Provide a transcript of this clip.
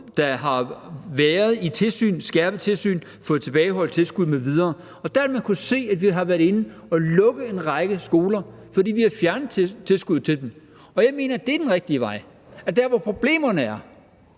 der har været under skærpet tilsyn, fået tilbageholdt tilskud m.v., og der vil man kunne se, at vi har været inde og lukke en række skoler, fordi vi har fjernet tilskuddet til dem. Og jeg mener, at det er den rigtige vej. Vi løser problemerne ved